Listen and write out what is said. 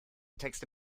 texte